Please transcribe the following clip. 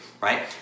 right